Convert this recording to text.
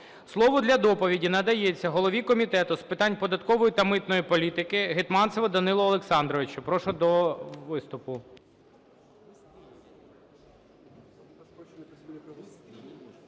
Слово для доповіді надається голові Комітету з питань податкової та митної політики Гетманцеву Данилу Олександровичу. Прошу до виступу.